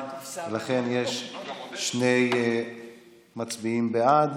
ולכן יש שני מצביעים בעד,